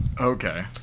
Okay